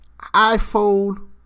iPhone